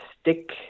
stick